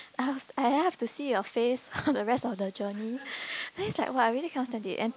I'll have to see your face for the rest of the journey then it's like !wah! I really cannot stand it and